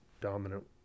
dominant